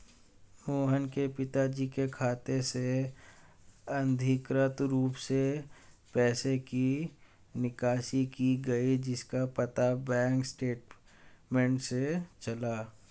मोहन के पिताजी के खाते से अनधिकृत रूप से पैसे की निकासी की गई जिसका पता बैंक स्टेटमेंट्स से चला